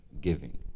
Giving